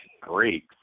great